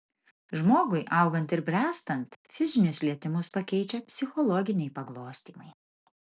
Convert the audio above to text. žmogui augant ir bręstant fizinius lietimus pakeičia psichologiniai paglostymai